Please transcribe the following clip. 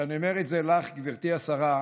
ואני אומר את זה לך, גברתי השרה: